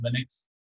Linux